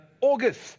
August